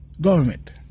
government